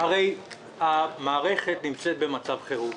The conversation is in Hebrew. הרי המערכת נמצאת במצב חירום.